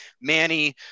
Manny